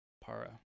para